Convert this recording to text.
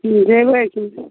हूँ देबय कि